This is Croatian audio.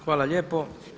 Hvala lijepo.